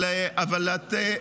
אבל אנחנו,